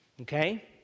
okay